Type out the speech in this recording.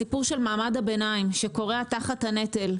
הסיפור של מעמד הביניים שכורע תחת הנטל,